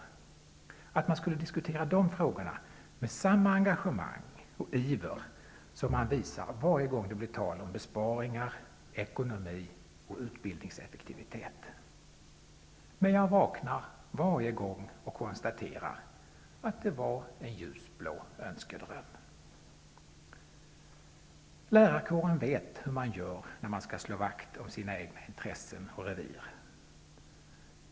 Jag skulle önska att man diskuterade de frågorna med samma engagemang och iver som man visar varje gång det blir tal om besparingar, ekonomi och utbildningseffektivitet. Men varje gång vaknar jag från dessa drömmar och konstaterar att det var en ljusblå önskedröm. Lärarkåren vet hur man gör när det gäller att slå vakt om sina egna intressen och revir.